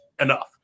enough